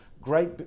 great